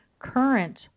Current